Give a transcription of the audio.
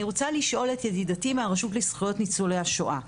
אני רוצה לשאול את ידידתי מהרשות לזכיות ניצולי השואה,